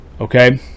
okay